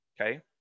okay